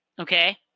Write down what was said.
Okay